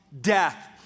death